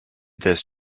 this